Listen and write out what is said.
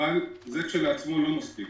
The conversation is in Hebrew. אבל זה כשלעצמו לא מספיק.